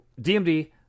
DMD